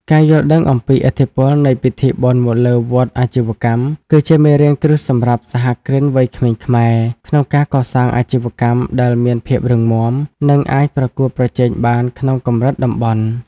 ការយល់ដឹងអំពីឥទ្ធិពលនៃពិធីបុណ្យមកលើវដ្តអាជីវកម្ម គឺជាមេរៀនគ្រឹះសម្រាប់សហគ្រិនវ័យក្មេងខ្មែរ ក្នុងការកសាងអាជីវកម្មដែលមានភាពរឹងមាំ និងអាចប្រកួតប្រជែងបានក្នុងកម្រិតតំបន់។